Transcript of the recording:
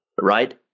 Right